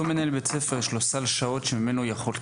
אותו מנהל בית ספר יש לו סל שעות שממינו יכול,